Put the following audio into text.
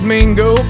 Mingo